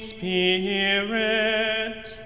Spirit